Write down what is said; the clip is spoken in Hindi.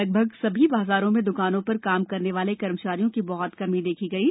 लगभग सभी बाज़ारों में द्कानों पर काम करने वाले कर्मचारियों की बह्त कमी देखी गयी